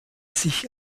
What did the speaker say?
sich